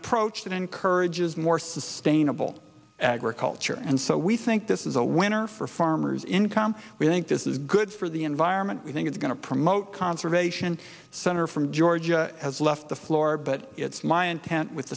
approach that encourages more sustainable agriculture and so we think this is a winner for farmers income we think this is good for the environment we think it's going to promote conservation senator from georgia has left the floor but it's my intent with